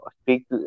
speak